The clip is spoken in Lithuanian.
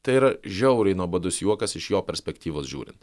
tai yra žiauriai nuobodus juokas iš jo perspektyvos žiūrint